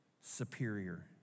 superior